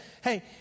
Hey